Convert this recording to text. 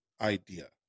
idea